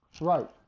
Right